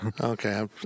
Okay